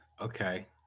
okay